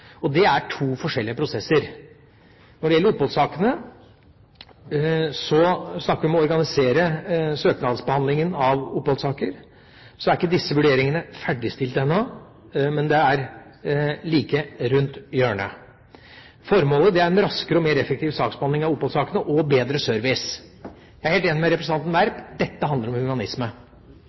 og det er to forskjellige prosesser. Så til oppholdssakene: Når det gjelder omorganisering av søknadsbehandlingen av oppholdssaker, er ikke disse vurderingene ferdigstilt ennå, men det er like rundt hjørnet. Formålet er en raskere og mer effektiv saksbehandling av oppholdssakene, og bedre service. Jeg er helt enig med representanten Werp: Dette handler om humanisme.